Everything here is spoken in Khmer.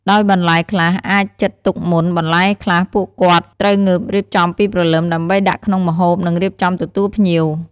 ដោយបន្លែខ្លះអាចជិតទុកមុនបន្លែខ្លះពួកគាត់ត្រូវងើបរៀបចំពីព្រលឹមដើម្បីដាក់ក្នុងម្ហូបនិងរៀបចំទទួលភ្ញៀវ។